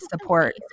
support